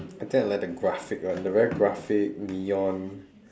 I think I like the graphic one the very graphic neon